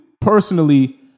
personally